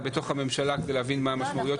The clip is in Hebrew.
בתוך הממשלה כדי להבין את המשמעויות שלה.